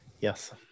yes